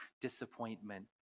disappointment